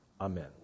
Amen